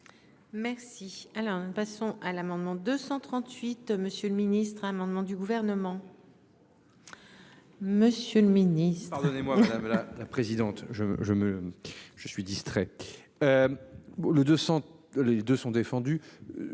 Merci. Alors passons à l'amendement 238 monsieur le ministre. Un amendement du gouvernement. Monsieur le Ministre, pardonnez-moi, voilà la présidente je je me je suis distrait. Le 200. Les deux sont défendus.